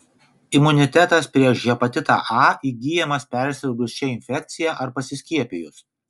imunitetas prieš hepatitą a įgyjamas persirgus šia infekcija ar pasiskiepijus